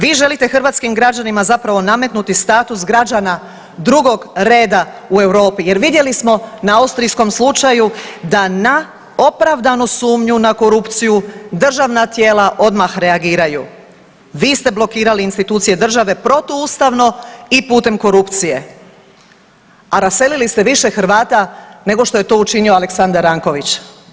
Vi želite hrvatskim građanima zapravo nametnuti status građana drugog reda u Europi jer vidjeli smo na austrijskom slučaju da na opravdanu sumnju na korupciju državna tijela odmah reagiraju, vi ste blokirali institucije države protuustavno i putem korupcije, a raselili ste više Hrvata nego što je to učinio Aleksandar Ranković.